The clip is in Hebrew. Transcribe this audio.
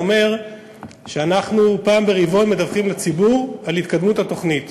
אומר שאנחנו פעם ברבעון מדווחים לציבור על התקדמות התוכנית,